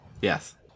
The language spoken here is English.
Yes